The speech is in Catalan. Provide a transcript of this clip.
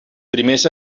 primers